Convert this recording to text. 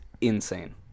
insane